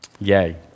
Yay